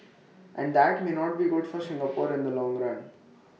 and that may not be good for Singapore in the long run